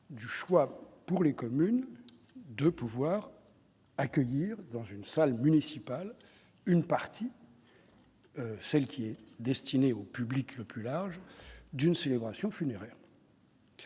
du choix pour les communes de pouvoir accueillir dans une salle municipale, une partie, celle qui est destinée au public le plus large d'une célébration funéraire.